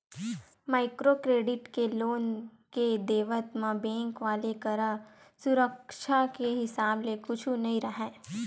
micro credit के loan के देवत म बेंक वाले करा सुरक्छा के हिसाब ले कुछु नइ राहय